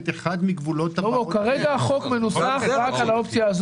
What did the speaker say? שקיים רק בתל אביב ולכן הם נאלצים לנסוע לתל אביב.